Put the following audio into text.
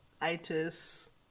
itis